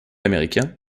américain